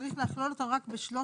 צריך לכלול אותו רק ב-13,